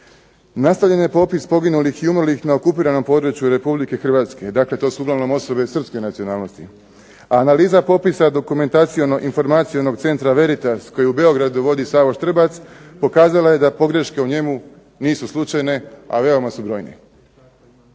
Nastavljen je popis poginulih i umrlih na okupiranom području RH, dakle to su uglavnom osobe srpske nacionalnosti. Analiza popisa dokumentaciono-informacionog centra "Veritas" koji u Beogradu vodi Savo Štrbac pokazalo je da pogreške u njemu nisu slučajne, a veoma su brojne.